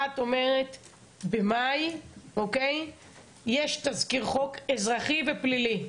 את אומרת שבמאי יהיה תזכיר חוק אזרחי ופלילי?